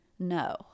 no